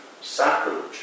sacrilege